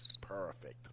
Perfect